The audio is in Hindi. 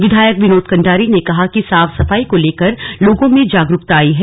विधायक विनोद कंडारी ने कहा कि साफ सफाई को लेकर लोगों में जागरूकता आयी है